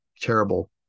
Terrible